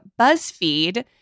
BuzzFeed